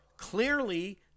clearly